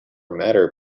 matter